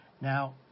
Now